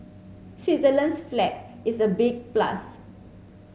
Switzerland's flag is a big plus